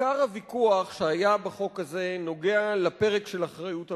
עיקר הוויכוח שהיה בחוק הזה נוגע בפרק של אחריות המזמין.